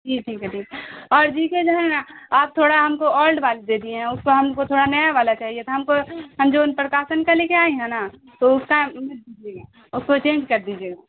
جی ٹھیک ہے ٹھیک ہے اور جی کے جو ہے نا آپ تھوڑا ہم کو اولڈ والی دے دیے ہیں اس کو ہم کو تھوڑا نیا والا چاہیے تھا ہم کو انجمن پرکاشن لے کے آئے ہیں نا تو اس کا مت دیجیے گا اس کو چینج کر دیجیے گا